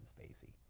Spacey